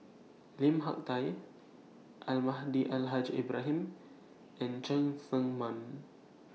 Lim Hak Tai Almahdi Al Haj Ibrahim and Cheng Tsang Man